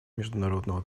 международного